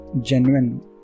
genuine